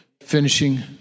Finishing